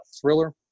thriller